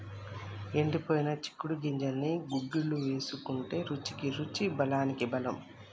ఎండిపోయిన చిక్కుడు గింజల్ని గుగ్గిళ్లు వేసుకుంటే రుచికి రుచి బలానికి బలం